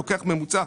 לוקח ממוצע,